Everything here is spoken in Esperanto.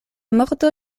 morto